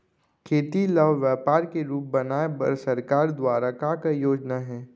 खेती ल व्यापार के रूप बनाये बर सरकार दुवारा का का योजना हे?